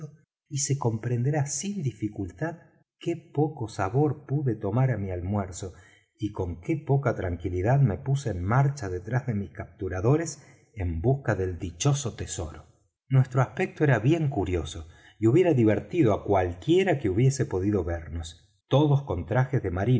y se comprenderá sin dificultad qué poco sabor pude tomar á mi almuerzo y con qué poca tranquilidad me puse en marcha detrás de mis capturadores en busca del dichoso tesoro nuestro aspecto era bien curioso y hubiera divertido á cualquiera que hubiese podido vernos todos con trajes de marino